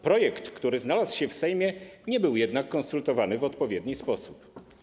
Projekt, który znalazł się w Sejmie, nie był konsultowany w odpowiedni sposób.